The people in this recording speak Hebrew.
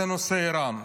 נושא איראן.